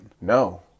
No